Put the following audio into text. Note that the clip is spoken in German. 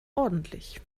ordentlich